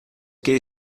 que